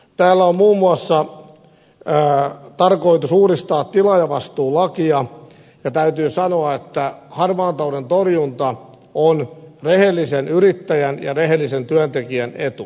täällä on muun muassa tarkoitus uudistaa tilaajavastuulakia ja täytyy sanoa että harmaan talouden torjunta on rehellisen yrittäjän ja rehellisen työntekijän etu